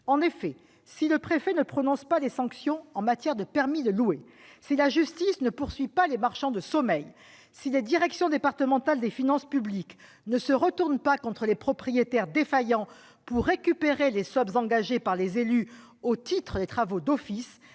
En effet, si le préfet ne prononce pas les sanctions en matière de permis de louer, si la justice ne poursuit pas les marchands de sommeil, si les directions départementales des finances publiques ne se retournent pas contre les propriétaires défaillants pour récupérer les sommes engagées par les élus au titre des travaux d'office,